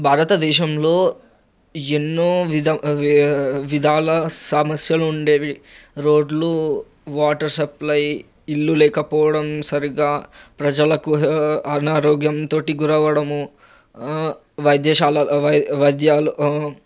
భారత దేశంలో ఎన్నో విధ విధాల సమస్యలు ఉండేవి రోడ్లు వాటర్ సప్లై ఇల్లు లేకపోవడం సరిగ్గా ప్రజలకు అనారోగ్యంతో గురవ్వడము వైద్యశాల అవై వైద్యాలు